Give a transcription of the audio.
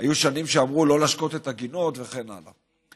היו שנים שאמרו לא להשקות את הגינות, וכן הלאה.